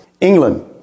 England